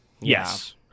Yes